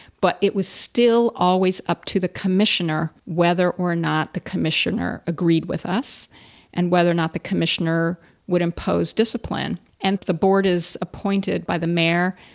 but it was still always up to the commissioner whether or not the commissioner agreed with us and whether or not the commissioner would impose discipline. and the board is appointed by the mayor,